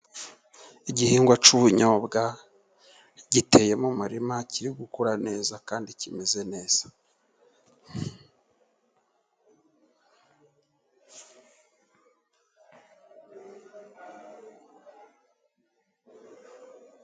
Igihingwa cy'ubunyobwa giteye mu murima, kiri gukura neza kandi kimeze neza.